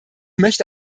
möchte